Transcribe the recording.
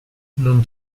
non